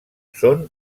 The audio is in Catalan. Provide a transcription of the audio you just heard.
són